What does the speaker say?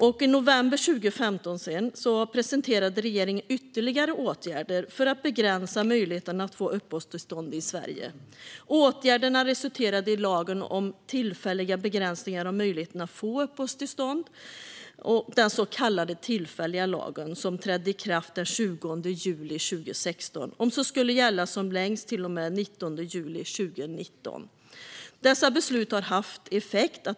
I november 2015 presenterade regeringen ytterligare åtgärder för att begränsa möjligheten att få uppehållstillstånd i Sverige. Åtgärderna resulterade i lagen om tillfälliga begränsningar av möjligheten att få uppehållstillstånd - den så kallade tillfälliga lagen - som trädde i kraft den 20 juli 2016 och som skulle gälla som längst till och med den 19 juli 2019. Dessa beslut har haft effekt.